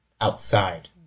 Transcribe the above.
outside